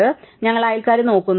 അതിനാൽ ഞങ്ങൾ അയൽക്കാരെ നോക്കുന്നു